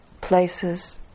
places